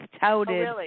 touted